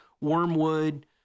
Wormwood